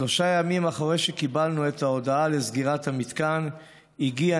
שלושה ימים אחרי שקיבלנו את ההודעה על סגירת המתקן הגיעה